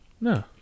No